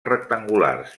rectangulars